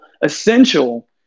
essential